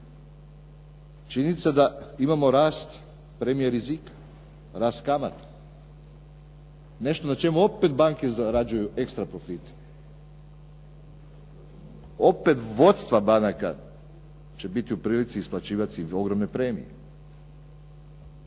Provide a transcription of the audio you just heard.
Činjenica je da imamo rast premije rizika, rast kamata, nešto na čemu opet banke zarađuju ekstra profite, opet vodstva banaka će biti u prilici isplaćivat si ogromne premije.